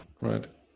right